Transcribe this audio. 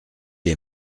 est